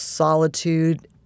solitude